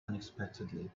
unexpectedly